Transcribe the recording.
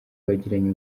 bagiranye